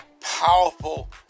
powerful